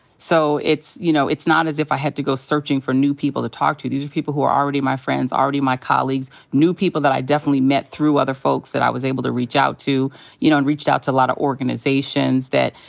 so, you know, it's not as if i had to go searching for new people to talk to. these were people who were already my friends, already my colleagues, new people that i definitely met through other folks that i was able to reach out. you know, and reached out to a lotta organizations that,